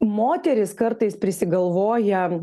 moterys kartais prisigalvoja